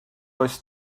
does